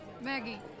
Maggie